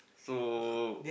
so